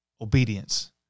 Obedience